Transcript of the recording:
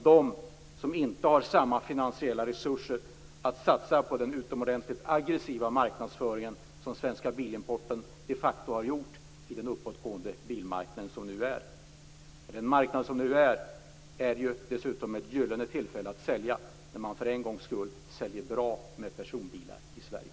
De har inte samma finansiella resurser att satsa på den utomordentligt aggressiva marknadsföring som Svenska Bilimporten de facto har gjort på den uppåtgående bilmarknaden. Det är ett gyllene tillfälle att sälja så som marknaden i dag ser ut. För en gångs skull säljs det bra med personbilar i Sverige.